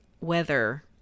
weather